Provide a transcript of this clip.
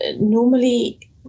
normally